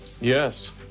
Yes